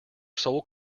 sole